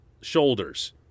shoulders